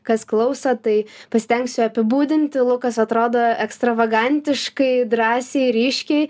kas klauso tai pasistengsiu apibūdinti lukas atrodo ekstravagantiškai drąsiai ryškiai